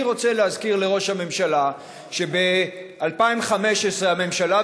אני רוצה להזכיר לראש הממשלה שב-2015 הממשלה